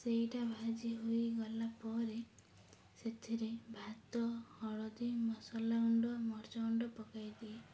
ସେଇଟା ଭାଜି ହୋଇଗଲା ପରେ ସେଥିରେ ଭାତ ହଳଦୀ ମସଲା ଗୁଣ୍ଡ ମରିଚଗୁଣ୍ଡ ପକାଇ ଦିଏ